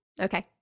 Okay